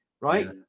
right